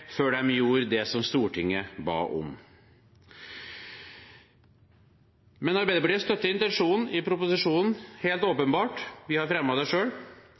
før den gjorde det som Stortinget ba om. Arbeiderpartiet støtter intensjonen i proposisjonen – helt åpenbart. Vi har fremmet dette selv. Skal dette fungere etter hensikten, er det